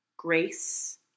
Grace